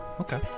Okay